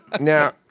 now